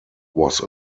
was